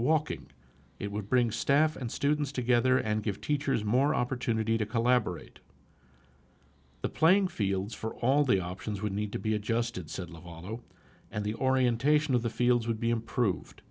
walking it would bring staff and students together and give teachers more opportunity to collaborate the playing fields for all the options would need to be adjusted and the orientation of the fields would be improved